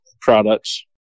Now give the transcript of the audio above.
products